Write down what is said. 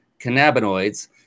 cannabinoids